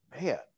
man